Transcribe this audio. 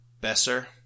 Besser